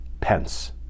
Pence